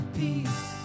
peace